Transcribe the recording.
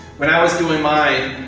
when i was doing mine,